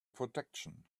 protection